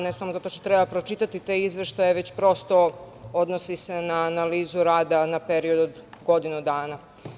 Ne samo zato što treba pročitati te izveštaje već odnosi se na analizu rada na period od godinu dana.